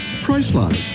Priceline